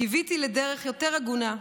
/ קיוויתי לדרך יותר הגונה,